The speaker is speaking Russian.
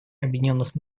объединенных